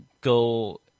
go